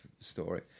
story